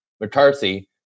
McCarthy